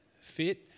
fit